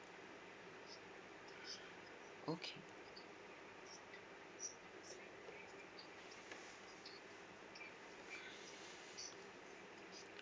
okay